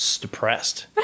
depressed